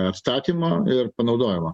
atstatymo ir panaudojimo